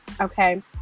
Okay